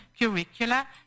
curricula